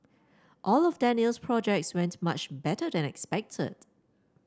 all of Daniel's projects went much better than expected